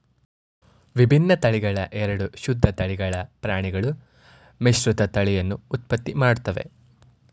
ವಿಭಿನ್ನ ತಳಿಗಳ ಎರಡು ಶುದ್ಧ ತಳಿಗಳ ಪ್ರಾಣಿಗಳು ಮಿಶ್ರತಳಿಯನ್ನು ಉತ್ಪತ್ತಿ ಮಾಡ್ತವೆ